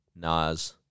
Nas